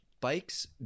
bikes